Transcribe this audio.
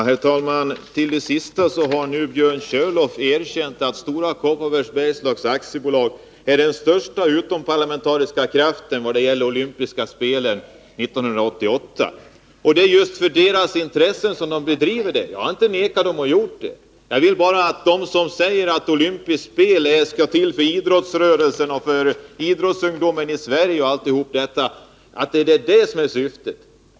Herr talman! Björn Körlof har nu erkänt att Stora Kopparbergs Bergslags AB är den största utomparlamentariska kraften vad det gäller olympiska spelen 1988. Det är just för sina intressen som man driver detta. Jag har inte förvägrat bolaget att göra det. Jag vill bara framhålla att olympiska spel skall vara till för idrottsrörelsen och för idrottsungdomen. Det är det som är syftet.